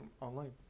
online